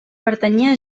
pertanyia